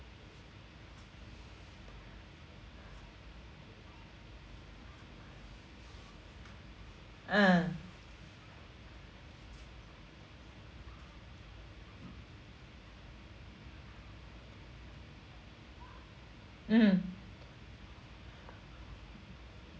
ah mmhmm